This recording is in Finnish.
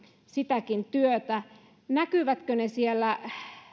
sitäkin työtä näkyykö siellä